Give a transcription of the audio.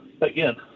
again